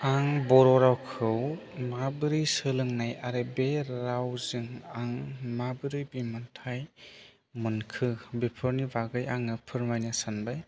आं बर' रावखौ माबोरै सोलोंनाय आरो बे रावजों आं माबोरै बिमोन्थाइ मोनखो बेफोरनि बागै आङो फोरमायनो सानबाय